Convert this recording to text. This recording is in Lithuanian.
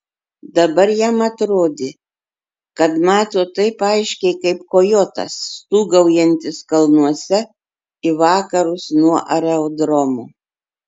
dabar jam atrodė kad mato taip aiškiai kaip kojotas stūgaujantis kalnuose į vakarus nuo aerodromo